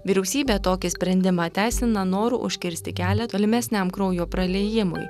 vyriausybė tokį sprendimą teisina noru užkirsti kelią tolimesniam kraujo praliejimui